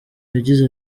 yagize